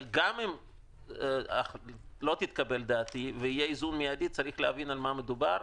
אבל גם אם לא תתקבל דעתי ויהיה איזון מיידי צריך להבין על מה מדובר.